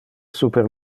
super